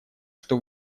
что